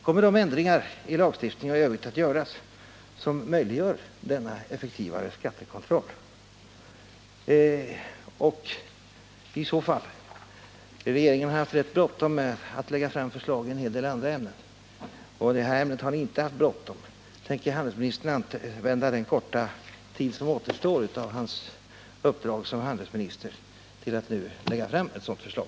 Kommer de ändringar i lagstiftningen att vidtas, som möjliggör denna effektivare skattekontroll? Regeringen har haft rätt bråttom med att lägga fram förslag i en hel del andra ärenden, men i detta ärende har ni inte haft bråttom. Tänker handelsministern använda den korta tid som återstår av hans uppdrag som handelsminister till att nu lägga fram ett sådant förslag?